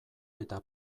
eta